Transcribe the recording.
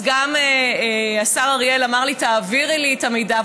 אז גם השר אריאל אמר לי: תעבירי לי את המידע.